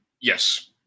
Yes